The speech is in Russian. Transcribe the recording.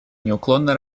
неуклонно